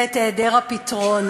ואת היעדר הפתרון.